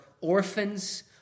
orphans